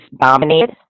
dominated